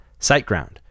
SiteGround